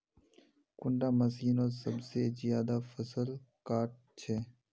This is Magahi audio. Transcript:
कुंडा मशीनोत सबसे ज्यादा फसल काट छै?